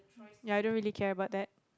ya I don't really care about that